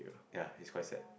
ya is quite sad